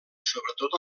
sobretot